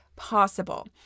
Possible